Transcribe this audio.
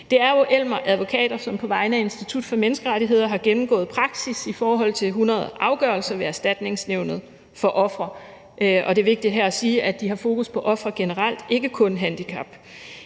Det er Elmer Advokater, som på vegne af Institut for Menneskerettigheder har gennemgået praksis i forhold til 100 afgørelser ved Erstatningsnævnet for ofre, og det er vigtigt her at sige, at de har fokus på ofre generelt, ikke kun på